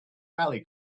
valley